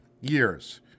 years